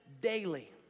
daily